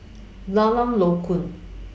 Lorong Low Koon